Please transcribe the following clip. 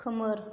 खोमोर